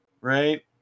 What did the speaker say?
Right